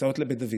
כיסאות לבית דוד.